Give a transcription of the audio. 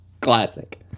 Classic